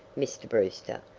mr. brewster,